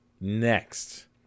Next